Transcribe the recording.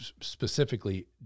specifically